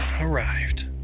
Arrived